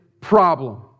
problem